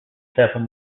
several